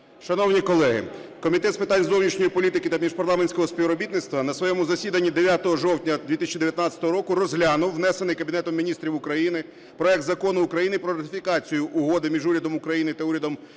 Шановні колеги, Комітет з питань зовнішньої політики та міжпарламентського співробітництва на своєму засіданні 9 жовтня 2019 року розглянув внесений Кабінетом Міністрів України проект Закону України про ратифікацію угоди між Урядом України та Урядом